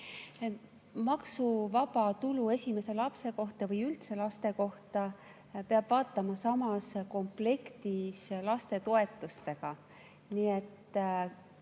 Maksuvaba tulu esimese lapse kohta või üldse laste kohta peab vaatama samas komplektis lastetoetustega.